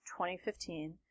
2015